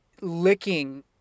licking